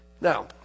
Now